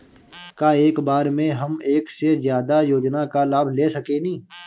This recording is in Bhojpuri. का एक बार में हम एक से ज्यादा योजना का लाभ ले सकेनी?